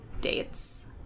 dates